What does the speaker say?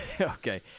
Okay